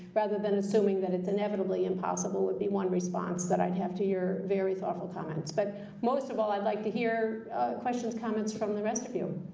rather than assuming that it inevitably impossible, would be one response that i'd have to your very thoughtful comments. but most of all, i'd like to hear questions, comments from the rest of you.